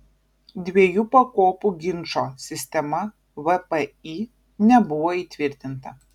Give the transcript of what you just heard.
dviejų pakopų ginčo sistema vpį nebuvo įtvirtinta